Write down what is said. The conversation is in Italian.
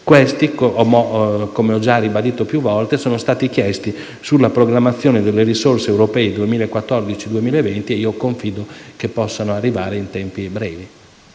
euro, ho già ribadito più volte che tali risorse sono state chieste sulla programmazione delle risorse europee 2014-2020 e confido che possano arrivare in tempi brevi.